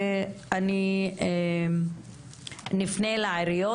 נפנה לעיריות,